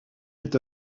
est